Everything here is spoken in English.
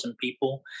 people